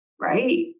right